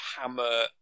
Hammer